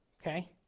okay